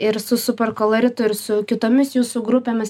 ir su superkoloritu ir su kitomis jūsų grupėmis